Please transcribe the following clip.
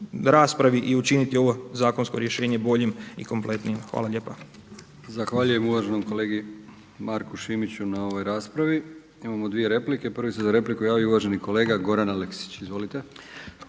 raspravi i učiniti ovo zakonsko rješenje boljim i kompletnijim. Hvala lijepa. **Brkić, Milijan (HDZ)** Zahvaljujem uvaženom kolegi Marku Šimiću na ovoj raspravi. Imamo dvije replike. Prvi se za repliku javio uvaženi kolega Goran Aleksić.